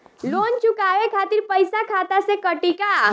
Loan चुकावे खातिर पईसा खाता से कटी का?